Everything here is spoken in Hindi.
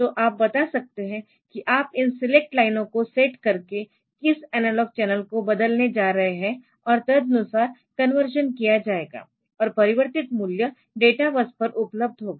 तो आप बता सकते है कि आप इन सीलेक्टलाइनों को सेट करके किस एनालॉग चैनल को बदलने जा रहे है और तदनुसार कन्वर्शन किया जाएगा और परिवर्तित मूल्य डेटाबस पर उपलब्ध होगा